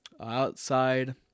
outside